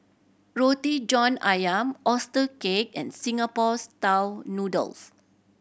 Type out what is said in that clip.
Roti John Ayam oyster cake and Singapore Style Noodles